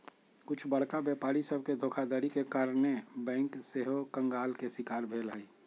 कुछ बरका व्यापारी सभके धोखाधड़ी के कारणे बैंक सेहो कंगाल के शिकार भेल हइ